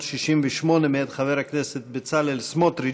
568, מאת חבר הכנסת בצלאל סמוטריץ,